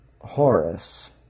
Horus